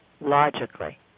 logically